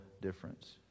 difference